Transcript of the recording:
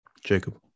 Jacob